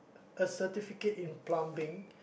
a certificate in plumbing